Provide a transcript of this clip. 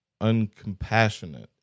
Uncompassionate